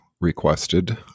requested